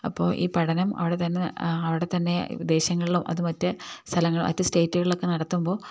അപ്പോള് ഈ പഠനം അവിടെത്തന്നെ അവിടെത്തന്നെ വിദേശങ്ങളിലോ അതോ മറ്റ് മറ്റ് സ്റ്റേറ്റുകളിലോ ഒക്കെ നടത്തുമ്പോള്